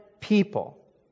people